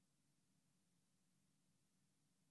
אם מישהו היה צריך דוגמה נוספת לניתוק של האיש הזה ולצורך בסיום תפקידו,